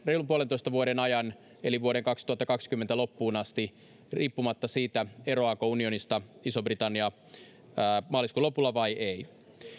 reilun puolentoista vuoden ajan eli vuoden kaksituhattakaksikymmentä loppuun asti riippumatta siitä eroaako iso britannia unionista maaliskuun lopulla vai ei